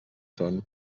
són